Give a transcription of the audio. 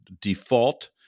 default